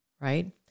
Right